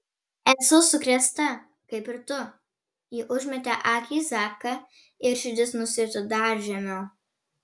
esu sukrėsta kaip ir tu ji užmetė akį į zaką ir širdis nusirito dar žemiau